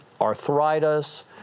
arthritis